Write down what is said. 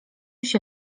się